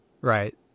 Right